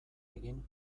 egin